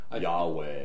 Yahweh